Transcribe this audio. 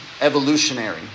evolutionary